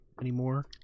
anymore